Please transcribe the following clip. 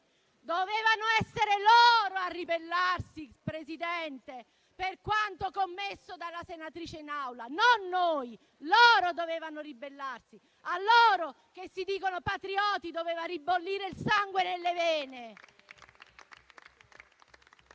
Dovevano essere loro a ribellarsi, signor Presidente, per quanto commesso dalla senatrice in Aula. Non noi! A loro, che si dicono patrioti, doveva ribollire il sangue nelle vene!